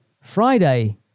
Friday